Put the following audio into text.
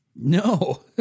No